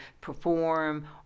perform